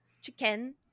chicken